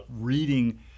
reading